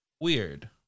Weird